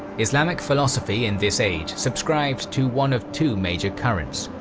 islamic philosophy in this age subscribed to one of two major currents.